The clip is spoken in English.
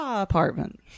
Apartment